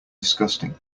disgusting